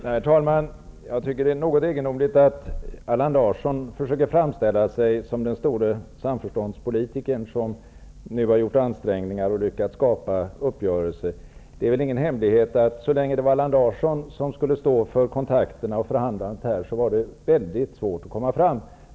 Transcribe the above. Herr talman! Jag tycker att det är något egendomligt att Allan Larsson försöker framställa sig som den stora samförståndspolitikern som nu har gjort ansträngningar och lyckats skapa uppgörelser. Det är väl ingen hemlighet att så länge det var Allan Larsson som skulle stå för kontakterna och förhandlingarna var det mycket svårt att komma fram.